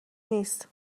نیست